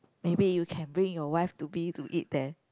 maybe you can bring your wife to be to eat there